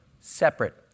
separate